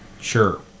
Sure